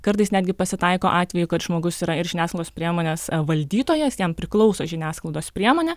kartais netgi pasitaiko atvejų kad žmogus yra ir žiniasklaidos priemonės valdytojas jam priklauso žiniasklaidos priemonė